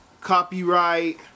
copyright